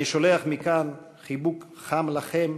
אני שולח מכאן חיבוק חם לכם,